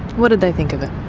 what did they think of it?